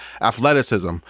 athleticism